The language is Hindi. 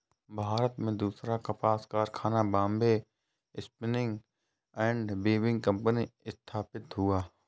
भारत में दूसरा कपास कारखाना Bombay spinning and weaving company स्थापित हुआ